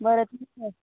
बरं ठीक आहे